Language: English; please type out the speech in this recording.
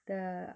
the